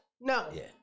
No